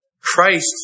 Christ